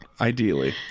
Ideally